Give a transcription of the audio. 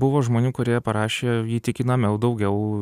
buvo žmonių kurie parašė įtikinamiau daugiau